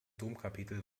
domkapitel